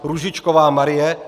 Růžičková Marie